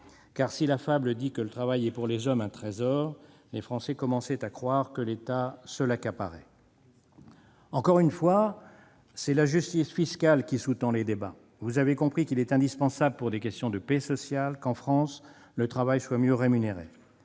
car si la fable dit que le travail est pour les hommes un trésor, les Français commençaient à croire que l'État se l'accaparait ... Encore une fois, c'est la justice fiscale qui sous-tend les débats. Vous avez compris qu'il est indispensable, pour des questions de paix sociale, qu'en France le travail soit mieux rémunéré.